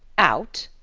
out!